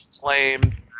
claimed